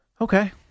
Okay